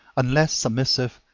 unless submissive,